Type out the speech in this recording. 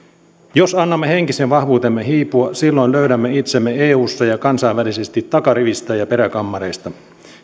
jos annamme henkisen vahvuutemme hiipua silloin löydämme itsemme eussa ja kansainvälisesti takarivistä ja peräkammareista